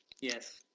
Yes